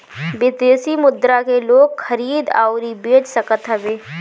विदेशी मुद्रा के लोग खरीद अउरी बेच सकत हवे